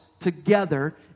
Together